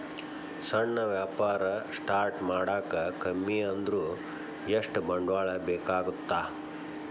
ಸಣ್ಣ ವ್ಯಾಪಾರ ಸ್ಟಾರ್ಟ್ ಮಾಡಾಕ ಕಮ್ಮಿ ಅಂದ್ರು ಎಷ್ಟ ಬಂಡವಾಳ ಬೇಕಾಗತ್ತಾ